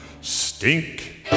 Stink